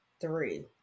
three